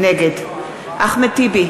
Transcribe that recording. נגד אחמד טיבי,